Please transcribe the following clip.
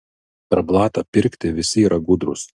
per blatą pirkti visi yra gudrūs